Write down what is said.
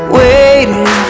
waiting